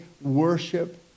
worship